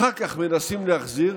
אחר כך מנסים להחזיר,